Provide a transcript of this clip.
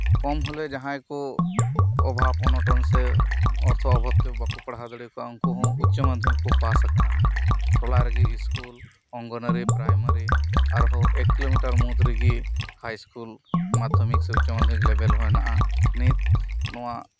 ᱠᱚᱢ ᱦᱚᱞᱮᱣ ᱡᱟᱦᱟᱸᱭᱠᱚ ᱚᱵᱷᱟᱵ ᱚᱱᱚᱴᱚᱱ ᱥᱮ ᱚᱨᱛᱷᱚ ᱚᱵᱷᱟᱵᱛᱮ ᱵᱟᱠᱚ ᱯᱟᱲᱦᱟᱣ ᱫᱟᱲᱮ ᱟᱠᱟᱫᱼᱟ ᱩᱱᱠᱩ ᱦᱚᱸ ᱩᱪᱪᱚ ᱢᱟᱫᱷᱚᱢᱤᱠ ᱠᱚ ᱯᱟᱥ ᱟᱠᱟᱫᱟ ᱴᱚᱞᱟ ᱨᱮᱜᱮ ᱥᱠᱩᱞ ᱚᱝᱜᱚᱱᱚᱣᱟᱲᱤ ᱯᱨᱟᱭᱢᱟᱨᱤ ᱟᱨ ᱦᱚᱸ ᱮᱠ ᱠᱤᱞᱳᱢᱤᱴᱟᱨ ᱢᱩᱫᱽ ᱨᱮᱜᱮ ᱦᱟᱭ ᱥᱠᱩᱞ ᱢᱟᱫᱷᱚᱢᱤᱠ ᱥᱮ ᱩᱪᱪᱚ ᱢᱟᱫᱷᱚᱢᱤᱠ ᱞᱮᱵᱮᱞ ᱦᱚᱸ ᱢᱮᱱᱟᱜᱼᱟ ᱱᱤᱛ ᱱᱚᱶᱟ